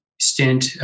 stint